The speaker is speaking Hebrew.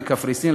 בקפריסין,